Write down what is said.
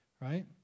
right